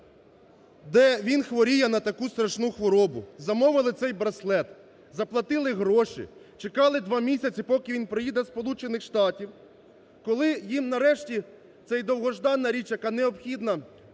…де він хворіє на таку страшну хворобу, замовили цей браслет, заплатили гроші, чекали два місяці, поки він приїде із Сполучених Штатів. Коли їм нарешті цей… довгождана річ, яка необхідна